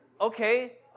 Okay